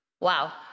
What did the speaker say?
Wow